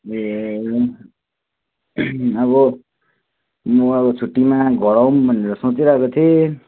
ए अब म अब छुट्टीमा घर आउँ भनेर सोचिरहेको थिएँ